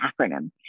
acronym